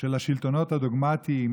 של השלטונות הדוגמטיים